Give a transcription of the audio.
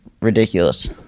ridiculous